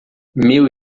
meu